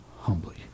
Humbly